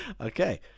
Okay